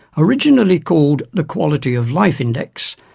originally called the quality of life index,